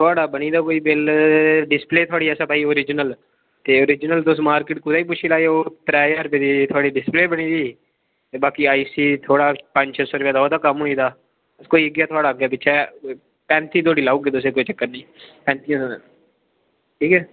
थुआढ़ा बनी दा कोई बिल डिस्प्ले थुआड़ी असें पाई ओरिजिनल ते ओरिजिनल तुस मार्कट कुतै बी पुच्छी लैएओ त्रै ज्हार रपेऽ दी थुआड़ी डिस्प्ले बनी दी ते बाकी आई सी थुआड़ा पंज छे सौ रपेऽ दा ओह्दा कम्म होई दा कोई इ'यै थुआढ़ा अग्गै पिच्छै कोई पैंती तोड़ी लाई ओड़गे तुसें कोई चक्कर नी पैंती तगर ठीक ऐ